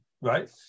right